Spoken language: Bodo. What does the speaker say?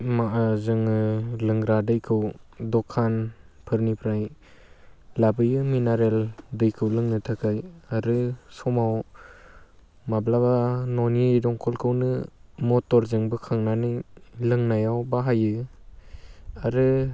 जोङो लोंग्रा दैखौ दखानफोरनिफ्राय लाबोयो मिनारेल दैखौ लोंनो थाखाय आरो समाव माब्लाबा न'नि दंखलखौनो मटरजों बोखांनानै लोंनायाव बाहायो आरो